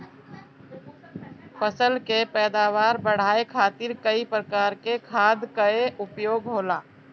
फसल के पैदावार बढ़ावे खातिर कई प्रकार के खाद कअ उपयोग होला